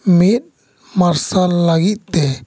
ᱢᱮᱫ ᱢᱟᱨᱥᱟᱞ ᱞᱟᱹᱜᱤᱫ ᱛᱮ